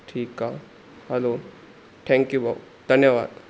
ठीकु आहे hello thank you भाऊ धन्यवाद